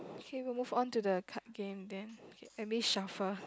okay we move on to the card game then let me shuffle